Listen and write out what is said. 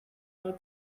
del